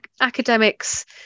academics